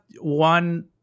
one